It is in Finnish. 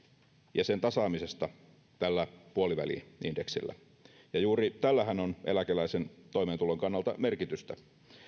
ja sen tasaamisesta tällä puoliväli indeksillä ja juuri tällähän on eläkeläisen toimeentulon kannalta merkitystä